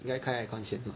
应该开 aircon 先 mah